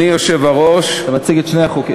אתה מציג את שני החוקים.